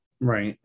Right